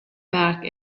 back